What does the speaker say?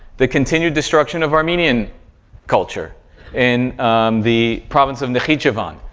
the continued destruction of armenian culture in the province of nakhichevan,